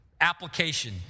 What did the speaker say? application